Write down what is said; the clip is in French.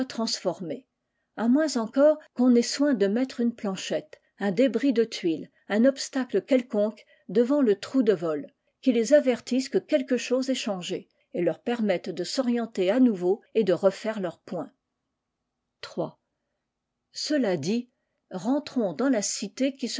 transformé à moins encore qu'on n'ait soin de mettre une plancliette un débris de tuile un obtacle quelconque devant le trou de vol qui les avertisse que quelque chose est changé et leur permette de s'orienter à nouveau et de refaire leur point iii cela dit rentrons dans la cité qui